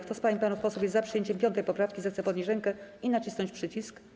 Kto z pań i panów posłów jest za przyjęciem 5. poprawki, zechce podnieść rękę i nacisnąć przycisk.